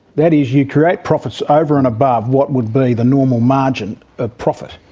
that is, you create profits over and above what would be the normal margin of profit,